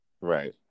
right